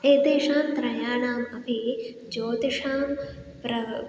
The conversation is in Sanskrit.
एतेषां त्रयाणाम् अपि ज्योतिषां प्र